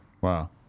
Wow